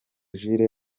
jules